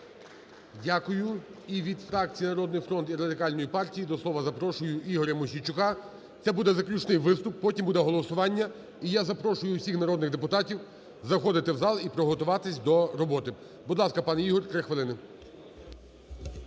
Дякую. І від фракції "Народний фронт" і Радикальної партії до слова запрошую Ігоря Мосійчука, це буде заключний виступ. Потім буде голосування, і я запрошую всіх народних депутатів, і приготуватися до роботи. Будь ласка, пан Ігор, 3 хвилини.